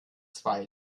zwei